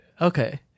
okay